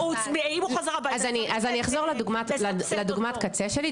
אם הוא חוזר הבייתה אז צריך --- אז אני אחזור לדוגמת הקצה שלי.